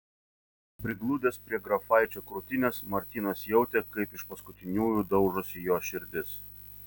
prigludęs prie grafaičio krūtinės martynas jautė kaip iš paskutiniųjų daužosi jo širdis